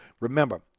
remember